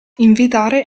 invitare